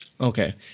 Okay